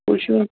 کُس چھُ